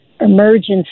emergency